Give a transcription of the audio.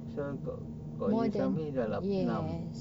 so got got dah enam